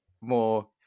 more